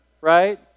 Right